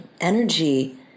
energy